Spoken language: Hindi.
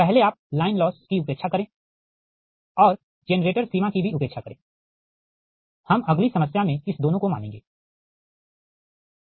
पहले आप लाइन लॉस की उपेक्षा करें और जेनरेटर सीमा की भी उपेक्षा करें हम अगली समस्या में इस दोनों को मानेंगे ठीक